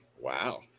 Wow